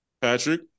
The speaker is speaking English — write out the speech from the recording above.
Patrick